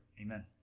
amen